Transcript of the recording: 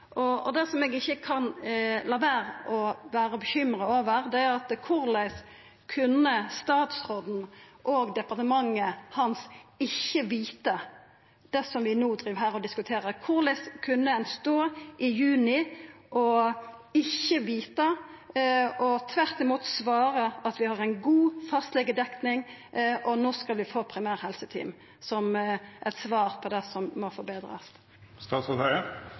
har store rekrutteringsutfordringar. Det eg ikkje kan la vera å vera bekymra over, er: Korleis kunne statsråden og departementet hans ikkje vita det som vi no diskuterer her? Korleis kunne ein stå i juni og ikkje vita – og tvert imot svara at vi har ei god fastlegedekning, og no skal vi få primærhelseteam, som eit svar på det som må